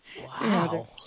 Wow